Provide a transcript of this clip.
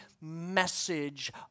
message